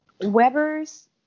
Weber's